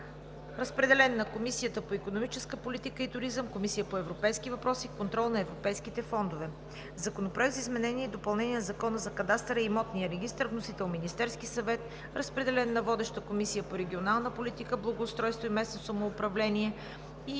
Разпределен е на Комисията по икономическа политика и туризъм и Комисията по европейските въпроси и контрол на европейските фондове. Законопроект за изменение и допълнение на Закона за кадастъра и имотния регистър. Вносител е Министерският съвет. Водеща е Комисията по регионалната политика, благоустройство и местно самоуправление.